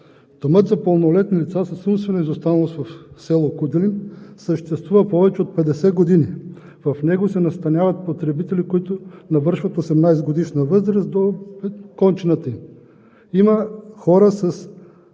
Домът за пълнолетни деца с умствена изостаналост в с. Куделин съществува повече от 50 години. В него се настаняват потребители, които навършват 18-годишна възраст, до кончината им. Има хора,